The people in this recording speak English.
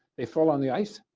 they fall on the ice,